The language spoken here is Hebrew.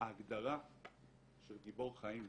ההגדרה של גיבור חיים,